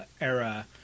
era